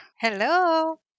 Hello